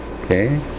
Okay